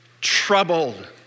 troubled